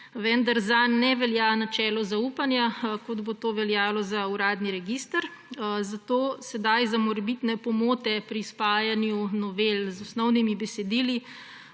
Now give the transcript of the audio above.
vendar zanj ne velja načelo zaupanja, kot bo to veljalo za uradni register. Zato sedaj za morebitne pomote pri spajanju novel z osnovnimi besedili